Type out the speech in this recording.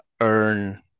earn